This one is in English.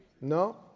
No